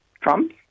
Trump